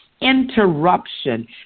interruption